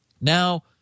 Now